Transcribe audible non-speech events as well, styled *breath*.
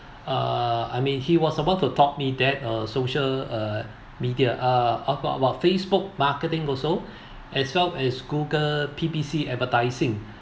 uh I mean he was about to taught me that uh social uh media uh about about Facebook marketing also *breath* as well as google P_P_C advertising